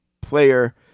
player